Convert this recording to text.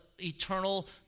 eternal